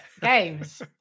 games